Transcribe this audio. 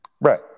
Right